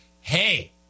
Hey